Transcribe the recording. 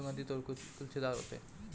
जैतून के फूल सुगन्धित और गुच्छेदार होते हैं